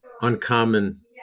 Uncommon